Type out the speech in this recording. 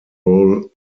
roll